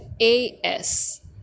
a-s